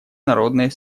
народной